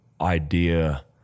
idea